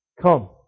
come